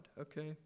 Okay